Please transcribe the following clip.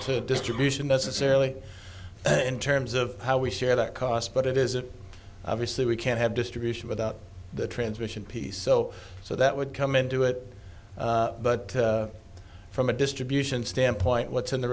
to distribution necessarily in terms of how we share that cost but it is it obviously we can't have distribution without the transmission piece so so that would come into it but from a distribution standpoint what's in the